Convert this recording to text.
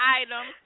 item